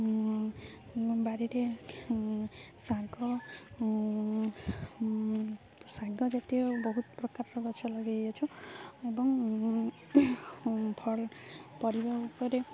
ବାରିରେ ଶାଗ ଶାଗ ଜାତୀୟ ବହୁତ ପ୍ରକାରର ଗଛ ଲଗାଇ ଅଛୁ ଏବଂ ଫଳ ପରିବା ଉପରେ